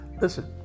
Listen